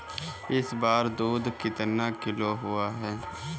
इस बार दूध कितना किलो हुआ है?